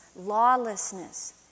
lawlessness